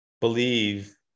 believe